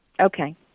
Okay